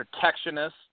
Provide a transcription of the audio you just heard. protectionist